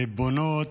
ריבונות,